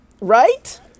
Right